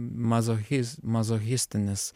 mazochis mazochistinis